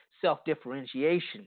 self-differentiation